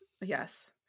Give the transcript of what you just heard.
yes